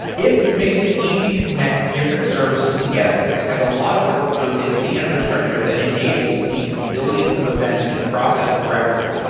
ifttt makes it easy to connect different services together, and a lot of work goes into the infrastructure that enables these billions of events to process correctly.